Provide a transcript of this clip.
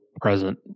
present